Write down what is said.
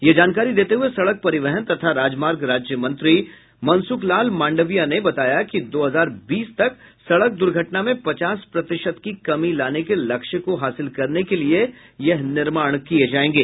यह जानकारी देते हये सड़क परिवहन तथा राजमार्ग राज्य मंत्री मनसुख लाल मांडविया ने बताया कि दो हजार बीस तक सड़क दूर्घटना में पचास प्रतिशत की कमी लाने के लक्ष्य को हासिल करने के लिए यह निर्माण किये जायेंगे